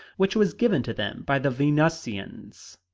which was given to them by the venusians.